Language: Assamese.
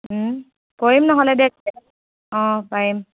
ওম কৰিম নহ'লে দে অ পাৰিম